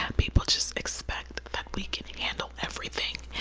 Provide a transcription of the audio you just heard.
people just expect that we can handle everything,